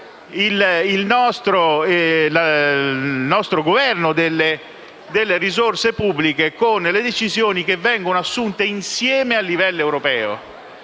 il nostro governo delle risorse pubbliche con le decisioni che vengono assunte insieme a livello europeo.